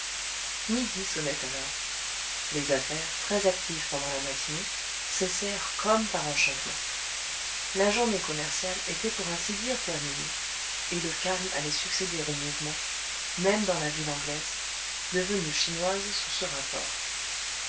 midi sonnait alors les affaires très actives pendant la matinée cessèrent comme par enchantement la journée commerciale était pour ainsi dire terminée et le calme allait succéder au mouvement même dans la ville anglaise devenue chinoise sous ce rapport